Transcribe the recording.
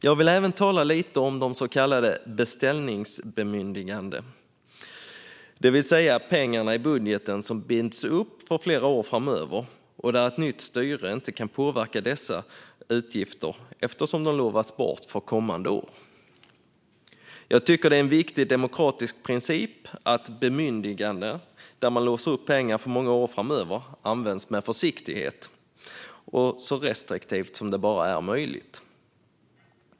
Jag vill även tala lite om så kallade beställningsbemyndiganden, det vill säga de pengar som i budgeten binds upp för flera år framöver och som ett nytt styre inte kan påverka eftersom de lovats bort för kommande år. Jag tycker att det är en viktig demokratisk princip att bemyndiganden som låser pengar för många år framöver används med försiktighet och så restriktivt som det bara är möjligt.